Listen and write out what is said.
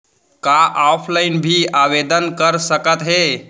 का ऑफलाइन भी आवदेन कर सकत हे?